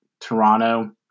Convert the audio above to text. Toronto